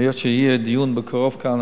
והיות שיהיה בקרוב דיון על